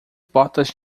botas